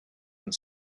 and